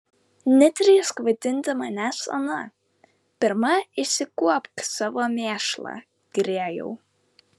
nedrįsk vadinti manęs ana pirma išsikuopk savo mėšlą grėjau